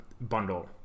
bundle